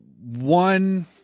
one